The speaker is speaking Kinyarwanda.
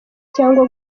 cyangwa